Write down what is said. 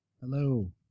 Hello